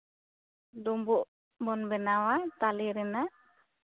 ᱰᱩᱢᱵᱩᱜ ᱵᱚᱱ ᱵᱮᱱᱟᱣᱟ ᱛᱟᱞᱮ ᱨᱮᱭᱟᱜ